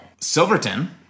Silverton